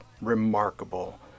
remarkable